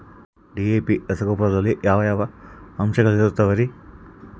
DAP ರಸಗೊಬ್ಬರದಲ್ಲಿ ಯಾವ ಯಾವ ಅಂಶಗಳಿರುತ್ತವರಿ?